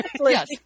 Yes